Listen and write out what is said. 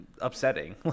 Upsetting